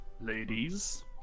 ladies